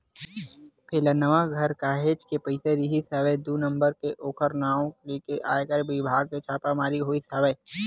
फेलनवा घर काहेच के पइसा रिहिस हवय दू नंबर के ओखर नांव लेके आयकर बिभाग के छापामारी होइस हवय